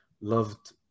loved